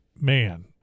man